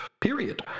period